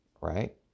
right